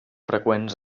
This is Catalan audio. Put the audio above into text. freqüents